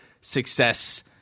success